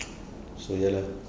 so ya lah